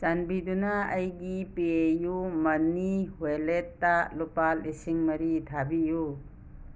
ꯆꯥꯟꯕꯤꯗꯨꯅ ꯑꯩꯒꯤ ꯄꯦꯌꯨ ꯃꯅꯤ ꯋꯦꯂꯦꯠꯇ ꯂꯨꯄꯥ ꯂꯤꯁꯤꯡ ꯃꯔꯤ ꯊꯥꯕꯤꯌꯨ